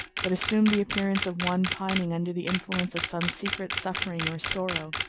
but assumed the appearance of one pining under the influence of some secret suffering or sorrow.